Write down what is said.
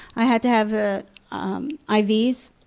i had to have ah um i v.